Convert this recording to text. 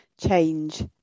change